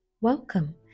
Welcome